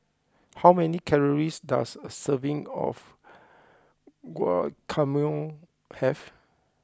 how many calories does a serving of Guacamole have